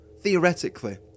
theoretically